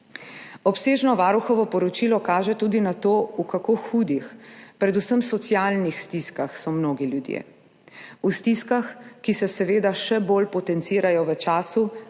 Obsežno poročilo Varuha kaže tudi na to, v kako hudih stiskah, predvsem socialnih, so mnogi ljudje. V stiskah, ki se seveda še bolj potencirajo v času,